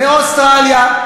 מאוסטרליה.